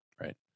right